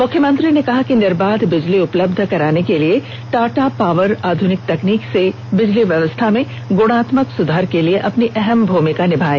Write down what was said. मुख्यमंत्री ने कहा कि निर्बाध बिजली उपलब्ध कराने के लिए टाटा पावर आधुनिक तकनीक से बिजली व्यवस्था में गुणात्मक सुधार के लिए अपनी अहम भूमिका निभाए